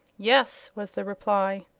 yes, was the reply.